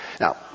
Now